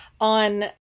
on